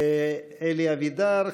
אלי אבידר,